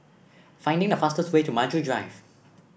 finding the fastest way to Maju Drive